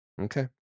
Okay